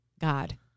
God